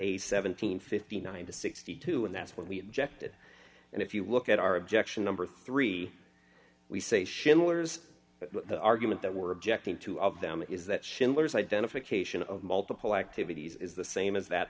and fifty nine to sixty two and that's what we objected and if you look at our objection number three we say schiller's the argument that were objecting two of them is that schindler's identification of multiple activities is the same as that